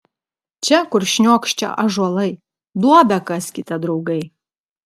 čia kur šniokščia ąžuolai duobę kaskite draugai